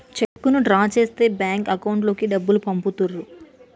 చెక్కును డ్రా చేస్తే bank account లోకి డబ్బులు పంపుతుర్రు